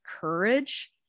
courage